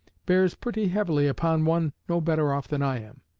bears pretty heavily upon one no better off than i am.